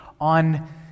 on